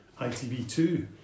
ITV2